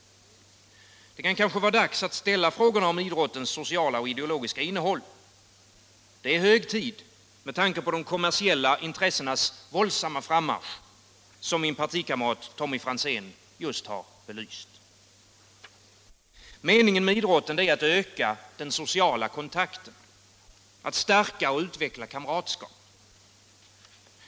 Det kan kanske vara dags att ställa frågorna om idrottens sociala och ideologiska innehåll. Det är hög tid med tanke på de kommersiella intressenas våldsamma frammarsch, som min partikamrat Tommy Franzén just har belyst. 5: Meningen med idrotten är att öka den sociala kontakten, att stärka 9” och utveckla kamratskap.